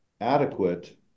adequate